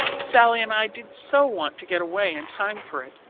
sallie and i did so want to get away in time for it,